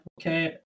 okay